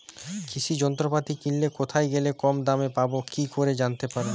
কৃষি যন্ত্রপাতি কিনতে কোথায় গেলে কম দামে পাব কি করে জানতে পারব?